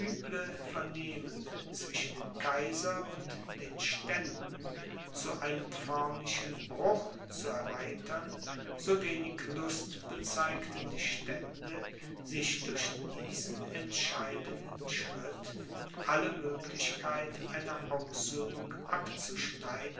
vernehmen zwischen dem kaiser und den ständen zu einem förmlichen bruch zu erweitern so wenig lust bezeigten die stände sich durch diesen entscheidenden schritt alle möglichkeit einer aussöhnung abzuschneiden